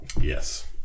Yes